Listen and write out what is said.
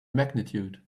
magnitude